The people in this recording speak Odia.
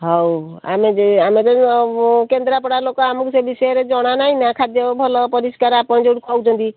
ହେଉ ଆମେ ଆମେ ତ ସବୁ କେନ୍ଦ୍ରାପଡ଼ା ଲୋକ ଆମକୁ ସେ ବିଷୟରେ ଜଣାନାହିଁ ନା ଖାଦ୍ୟ ଭଲ ପରିଷ୍କାର ଆପଣ ଯେଉଁଠି କହୁଛନ୍ତି